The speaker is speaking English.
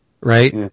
right